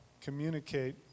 communicate